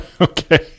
Okay